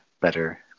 better